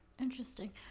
Interesting